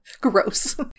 Gross